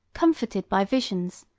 comforted by visions,